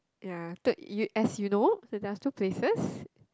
ya two you as you know there are two places